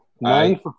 Nine